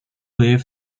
wave